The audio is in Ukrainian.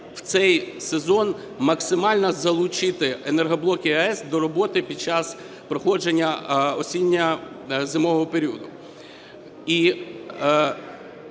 в цей сезон максимально залучити енергоблоки АЕС до роботи під час проходження осінньо-зимового періоду.